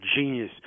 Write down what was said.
genius